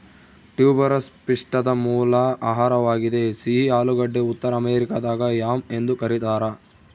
tuberous ಪಿಷ್ಟದ ಮೂಲ ಆಹಾರವಾಗಿದೆ ಸಿಹಿ ಆಲೂಗಡ್ಡೆ ಉತ್ತರ ಅಮೆರಿಕಾದಾಗ ಯಾಮ್ ಎಂದು ಕರೀತಾರ